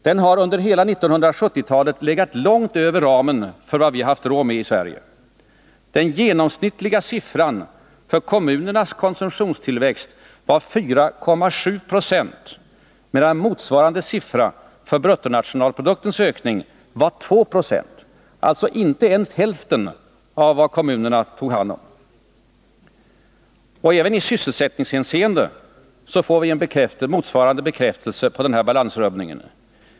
Den har under hela 1970-talet legat långt över vad vi har haft råd med i Sverige. Det genomsnittliga talet för kommunernas konsumtionstillväxt var 4,7 Yo, medan motsvarande siffra för bruttonationalproduktens ökning var 2 90 — alltså inte ens hälften av vad kommunerna tog hand om. Även i sysselsättningshänseende får vi en motsvarande bekräftelse på balansrubbningen.